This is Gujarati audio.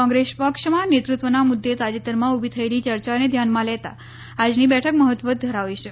કોંગ્રેસ પક્ષમાં નેતૃત્વના મુદ્દે તાજેતરમાં ઉભી થયેલી ચર્ચાને ધ્યાનમાં લેતા આજની બેઠક મહત્વ ધરાવે છે